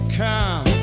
come